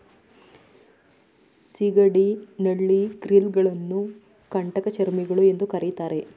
ಸಿಗಡಿ, ನಳ್ಳಿ, ಕ್ರಿಲ್ ಗಳನ್ನು ಕಂಟಕಚರ್ಮಿಗಳು ಎಂದು ಕರಿತಾರೆ